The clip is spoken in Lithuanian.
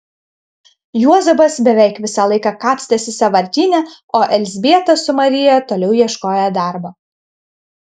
juozapas beveik visą laiką kapstėsi sąvartyne o elzbieta su marija toliau ieškojo darbo